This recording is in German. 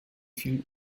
viel